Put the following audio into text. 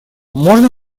можно